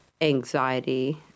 anxiety